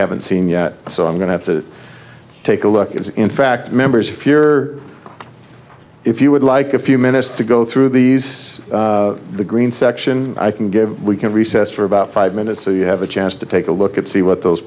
haven't seen yet so i'm going to take a look as in fact members if you're if you would like a few minutes to go through these the green section i can give we can recess for about five minutes so you have a chance to take a look at see what those